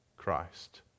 Christ